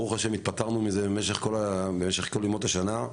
ברוך השם נפטרנו מזה במשך כל ימות השנה,